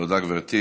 תודה, גברתי.